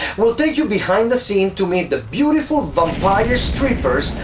we'll take you behind the scenes to meet the beautiful vampire strippers,